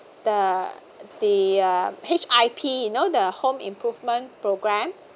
the the uh H_I_P you know the home improvement programme